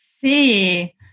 see